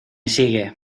sigue